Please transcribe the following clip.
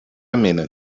minute